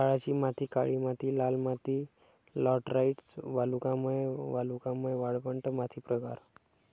गाळाची माती काळी माती लाल माती लॅटराइट वालुकामय वालुकामय वाळवंट माती प्रकार